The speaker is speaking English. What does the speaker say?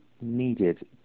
needed